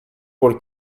por